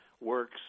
works